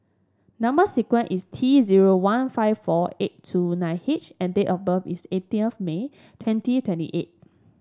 number sequence is T zero one five four eight two nine H and date of birth is eighteen of May twenty twenty eight